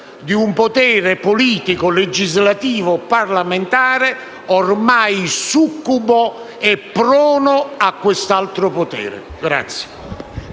Grazie,